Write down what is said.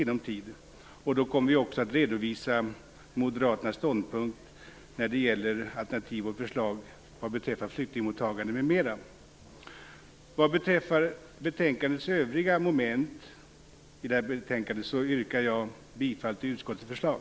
Då kommer vi också att redovisa moderaternas ståndpunkt när det gäller alternativ och förslag vad beträffar flyktingmottagande m.m. Vad gäller övriga moment i betänkandet yrkar jag bifall till utskottets förslag.